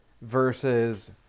versus